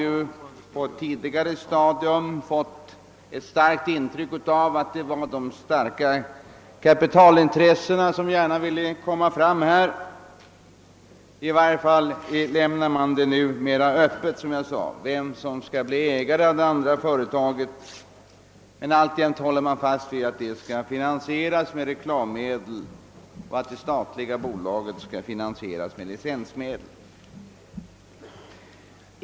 På ett tidigare stadium fick man ett intryck av att det var de starka kapitalintressena som gärna ville komma fram. Men alltjämt håller man fast vid att detta skall finansieras med reklammedel och att det statliga bolaget skall finansieras med licensmedel.